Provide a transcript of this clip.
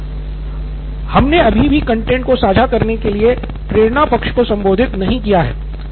professor हमने अभी भी कंटैंट को साझा करने के लिए प्रेरणा पक्ष को संबोधित नहीं किया है